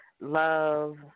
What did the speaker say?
love